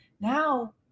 now